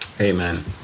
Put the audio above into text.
amen